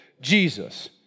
Jesus